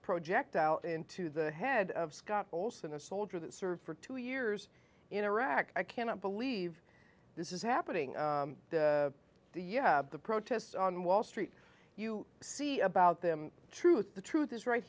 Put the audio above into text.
project out into the head of scott olsen a soldier that served for two years in iraq i cannot believe this is happening you have the protests on wall street you see about them truth the truth is right